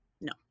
No